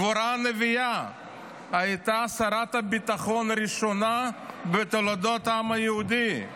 דבורה הנביאה הייתה שרת הביטחון הראשונה בתולדות העם היהודי.